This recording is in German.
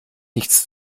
nichts